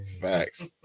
Facts